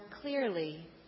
clearly